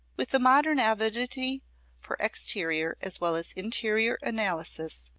with the modern avidity for exterior as well as interior analysis,